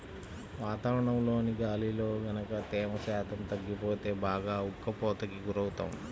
వాతావరణంలోని గాలిలో గనక తేమ శాతం తగ్గిపోతే బాగా ఉక్కపోతకి గురవుతాము